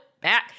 back